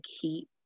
keep